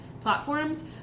platforms